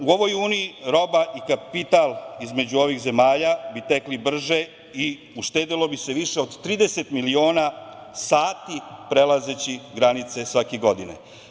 U ovoj uniji roba i kapital između ovih zemalja bi tekli brže i uštedelo bi se više od 30 miliona sati prelazeći granice svake godine.